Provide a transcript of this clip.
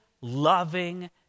loving